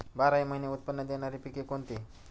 बाराही महिने उत्त्पन्न देणारी पिके कोणती?